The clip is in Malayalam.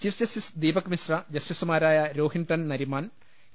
ചീഫ് ജസ്റ്റിസ് ദീപക്മിശ്ര ജസ്റ്റിസുമാരായ രോഹിൻടൺ നരിമാൻ എ